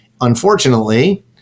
unfortunately